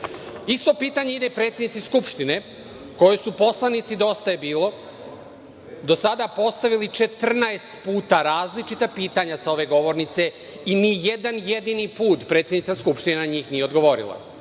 Isto pitanje ide i predsednici Skupštine, koje su poslanici Dosta je bilo do sada postavili 14 puta, različita pitanja sa ove govornice i ni jedan jedini put predsednica Skupštine na njih nije odgovorila.